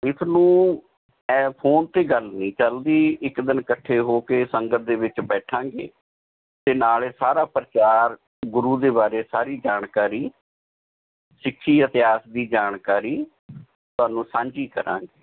ਇਸ ਨੂੰ ਐਂ ਫੋਨ 'ਤੇ ਗੱਲ ਨਹੀਂ ਚੱਲਦੀ ਇੱਕ ਦਿਨ ਇਕੱਠੇ ਹੋ ਕੇ ਸੰਗਤ ਦੇ ਵਿੱਚ ਬੈਠਾਂਗੇ ਅਤੇ ਨਾਲੇ ਸਾਰਾ ਪ੍ਰਚਾਰ ਗੁਰੂ ਦੇ ਬਾਰੇ ਸਾਰੀ ਜਾਣਕਾਰੀ ਸਿੱਖੀ ਇਤਿਹਾਸ ਦੀ ਜਾਣਕਾਰੀ ਤੁਹਾਨੂੰ ਸਾਂਝੀ ਕਰਾਂਗੇ